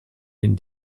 den